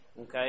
Okay